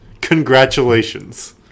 Congratulations